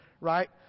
right